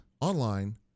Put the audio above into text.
online